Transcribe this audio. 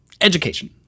education